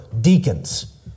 deacons